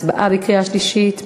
הצבעה בקריאה שלישית.